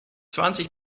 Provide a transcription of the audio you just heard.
zwanzig